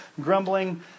grumbling